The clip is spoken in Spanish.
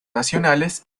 nacionales